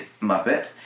Muppet